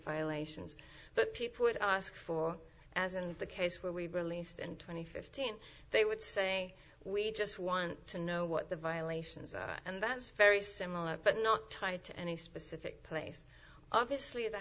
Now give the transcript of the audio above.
violations but people would ask for as in the case where we've released and twenty fifteen they would say we just want to know what the violations are and that's very similar but not tied to any specific place obviously the